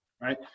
right